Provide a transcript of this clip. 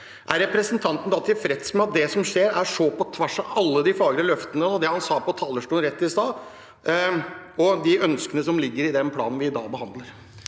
Er representanten tilfreds med at det som skjer, går så på tvers av alle de fagre løftene, det han sa på talerstolen i stad, og de ønskene som ligger i den planen vi behandler